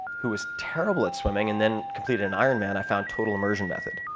who was terrible at swimming and then completed an iron man, i found total immersion method,